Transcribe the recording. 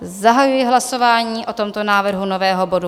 Zahajuji hlasování o tomto návrhu nového bodu.